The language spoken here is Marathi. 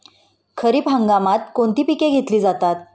खरीप हंगामात कोणती पिके घेतली जातात?